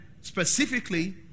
specifically